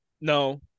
no